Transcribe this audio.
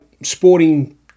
sporting